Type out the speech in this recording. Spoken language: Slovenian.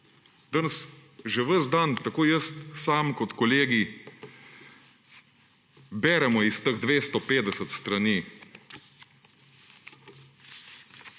Danes že ves dan, tako jaz sam kot kolegi, beremo iz teh 250 strani